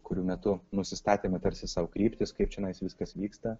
kurių metu nusistatėme tarsi sau kryptis kaip čionais viskas vyksta